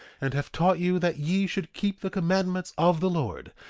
and have taught you that ye should keep the commandments of the lord,